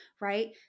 right